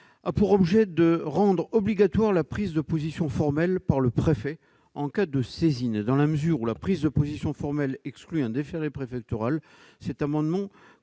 Leroy, vise à rendre obligatoire la prise de position formelle par le préfet en cas de saisine. Dans la mesure où la prise de position formelle exclut un déféré préfectoral, l'adoption